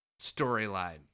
storyline